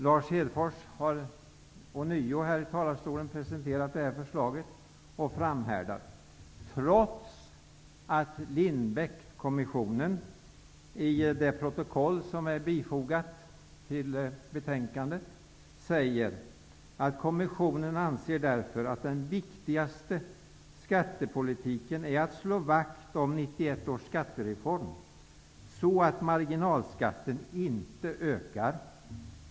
Lars Hedfors har ånyo från denna talarstol presenterat det här förslaget och framhärdar, trots att Assar Lindbeck i det protokoll som är bifogat till betänkandet säger: ''Kommissionen säger därför att den viktigaste skattepolitiken är att slå vakt om 1991 års skattereform så att marginalskatten inte ökar.''